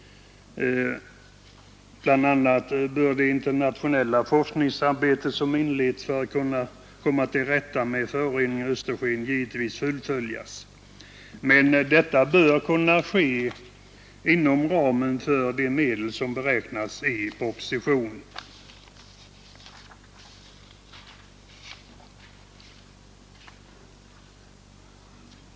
Bl.a. bör det internationella forskningsarbete som inletts för att komma till rätta med föroreningen av Östersjön fullföljas. Men detta bör kunna ske inom ramen för de medel som beräknats i propositionen.